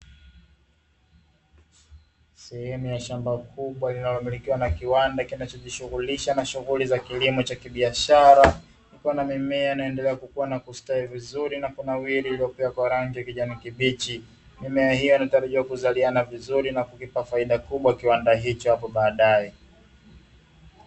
Sehemu ya shamba kubwa linalomilikiwa na kiwanda kinachojishughulisha na shughuli za kilimo cha kibiashara, kukiwa na mimea inayoendelea kukua na kustawi vizuri na kunawiri, iliyokua kwa rangi ya kijani kibichi. Mimea hiyo inatarajiwa kuzaliana vizuri na kukipa faida kubwa kiwanda hicho hapo baadae.